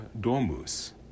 domus